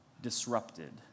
disrupted